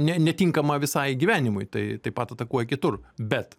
ne netinkamą visai gyvenimui tai taip pat atakuoja kitur bet